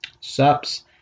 SUPS